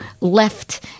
left